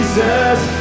Jesus